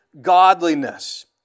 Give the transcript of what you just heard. godliness